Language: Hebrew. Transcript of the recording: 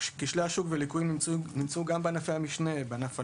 כשלי שוק וליקויים נמצאו גם בענפי המשנה בענף הליסינג,